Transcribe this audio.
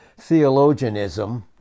theologianism